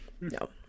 No